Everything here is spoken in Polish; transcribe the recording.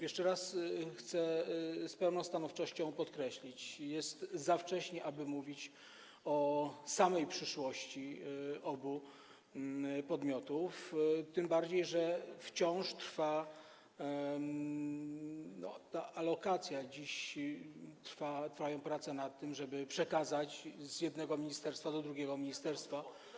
Jeszcze raz chcę z pełną stanowczością podkreślić, że jest za wcześnie aby mówić o samej przyszłości obu podmiotów, tym bardziej że wciąż trwa ta alokacja, dziś są prowadzone prace nad tym, żeby przekazać to z jednego ministerstwa do drugiego ministerstwa.